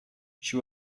she